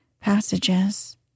passages